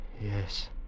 Yes